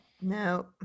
No